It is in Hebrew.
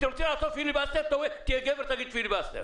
אם אתם רוצים לעשות פיליבסטר אז תהיה גבר ותגיד פיליבסטר